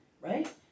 right